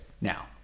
now